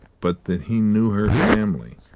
but that he knew her family.